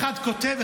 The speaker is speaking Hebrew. אחד כותב,